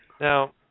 Now